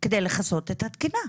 כדי לכסות את התקינה.